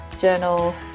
journal